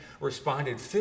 responded